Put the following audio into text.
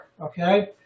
Okay